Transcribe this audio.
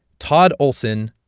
todd olson,